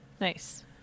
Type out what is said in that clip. Nice